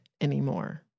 anymore